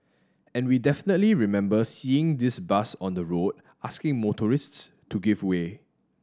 and we definitely remembers seeing this bus on the road asking motorists to give way